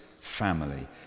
family